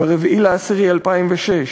ב-4 באוקטובר 2006,